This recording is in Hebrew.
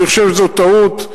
אני חושב שזו טעות.